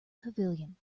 pavilion